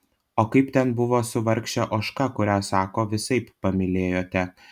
o kaip ten buvo su vargše ožka kurią sako visaip pamylėjote